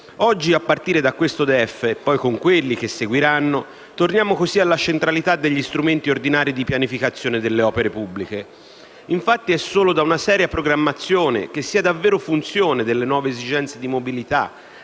Oggi, a partire da questo DEF e con quelli che seguiranno, torniamo così alla centralità degli strumenti ordinari di pianificazione delle opere pubbliche. Infatti, è solo da una seria programmazione, che sia davvero in funzione delle nuove esigenze di mobilità